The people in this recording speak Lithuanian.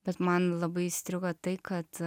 bet man labai įstrigo tai kad